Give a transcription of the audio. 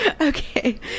Okay